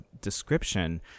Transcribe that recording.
description